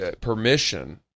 permission